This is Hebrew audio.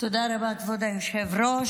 תודה רבה, כבוד היושב-ראש.